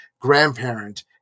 grandparent